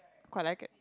quite like it